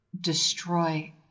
destroy